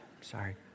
Sorry